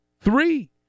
Three